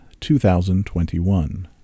2021